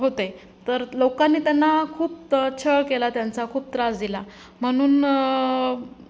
होते तर लोकांनी त्यांना खूप छळ केला त्यांचा खूप त्रास दिला म्हणून